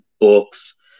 books